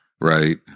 right